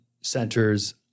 centers